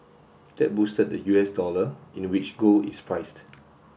that boosted the U S dollar in a which gold is priced